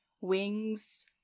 wings